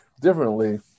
differently